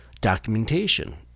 documentation